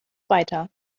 weiter